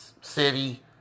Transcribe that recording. city